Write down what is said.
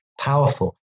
powerful